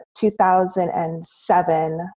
2007